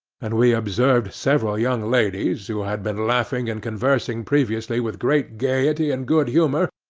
and we observed several young ladies, who had been laughing and conversing previously with great gaiety and good humour,